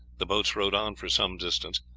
the boats rowed on for some distance.